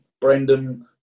Brendan